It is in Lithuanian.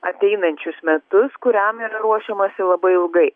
ateinančius metus kuriam yra ruošiamasi labai ilgai